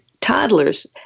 toddlers